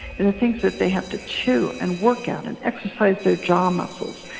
and the things that they have to chew and work at and exercise their jaw muscles,